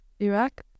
Iraq